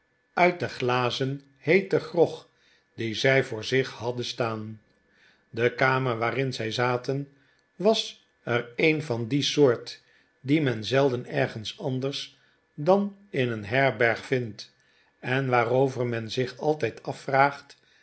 uit de glazen heetegrog die zij voor zich hadden staan de kamer waarin zij zaten was er een van die soort die men zelden ergens anders dan in een herberg vindt en waarover men zich altijd afvraagt